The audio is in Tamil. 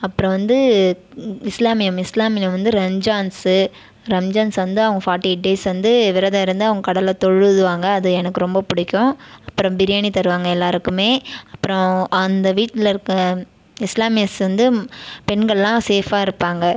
அப்புறம் வந்து இஸ்லாமியம் இஸ்லாமியமில் வந்து ரம்ஜான்ஸு ரம்ஜான்ஸ் வந்து அவங்க ஃபார்டி எயிட் டேஸ் வந்து விரதம் இருந்து அவங்க கடவுளை தொழுதுவாங்க அது எனக்கு ரொம்ப பிடிக்கும் அப்புறம் பிரியாணி தருவாங்க எல்லோருக்குமே அப்புறம் அந்த வீட்டில் இருக்கற இஸ்லாமியர் வந்து பெண்கள்லாம் சேஃபாக இருப்பாங்க